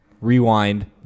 rewind